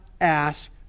ask